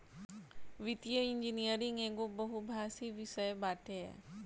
वित्तीय इंजनियरिंग एगो बहुभाषी विषय बाटे